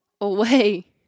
away